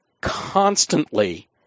constantly